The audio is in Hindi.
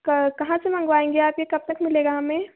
क कहाँ से मंगवाएंगे आप ये कब तक मिलेगा हमें